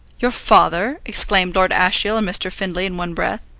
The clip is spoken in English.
your father? exclaimed lord ashiel and mr. findlay in one breath.